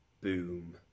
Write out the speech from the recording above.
Boom